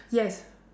yes